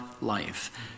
life